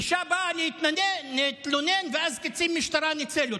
אישה באה להתלונן, ואז קצין משטרה ניצל אותה,